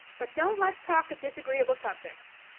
but don't let's talk of disagreeable subjects.